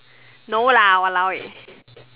no lah !walao! eh